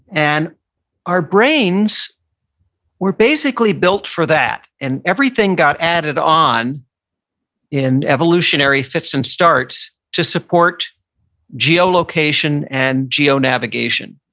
and our brains were basically built for that. and everything got added on in evolutionary fits and starts to support geolocation and geo-navigation.